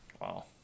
Wow